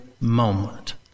moment